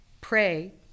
pray